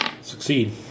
Succeed